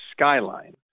Skyline